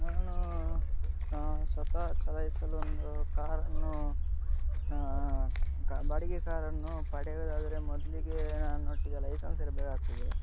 ನಾನು ಸ್ವತಃ ಚಲಾಯಿಸಲು ಒಂದು ಕಾರನ್ನು ಕಾ ಬಾಡಿಗೆ ಕಾರನ್ನು ಪಡೆಯುವುದಾದರೆ ಮೊದಲಿಗೆ ನನ್ನೊಟ್ಟಿಗೆ ಲೈಸನ್ಸ್ ಇರಬೇಕಾಗ್ತದೆ